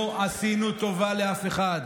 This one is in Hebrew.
לא עשינו טובה לאף אחד.